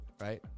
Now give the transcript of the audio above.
right